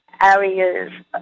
areas